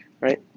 right